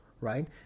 right